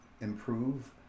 improve